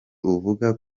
uvuga